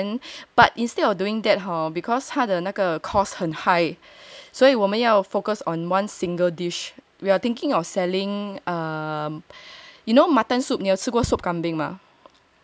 and then but instead of doing that hor because 他的那个 cost 很 high 所以我们要 focus on one single dish we are thinking of selling err you know mutton soup 你有吃过 sup kambing mah